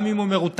גם אם הוא מרותק